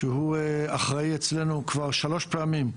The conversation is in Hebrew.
שאחראי אצלנו כבר שלוש פעמים,